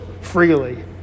freely